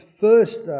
first